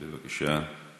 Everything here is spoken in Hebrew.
בבקשה.